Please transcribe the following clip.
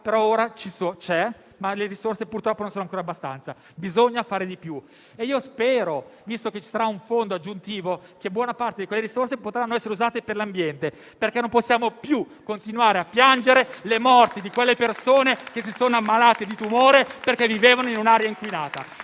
Ora c'è, ma le risorse non sono ancora abbastanza. Bisogna fare di più e spero - visto che ci sarà un fondo aggiuntivo - che buona parte di quelle risorse potranno essere usate per l'ambiente. Non possiamo più continuare, infatti, a piangere le morti delle persone che si sono ammalate di tumore perché vivevano in un'area inquinata.